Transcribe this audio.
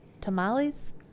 tamales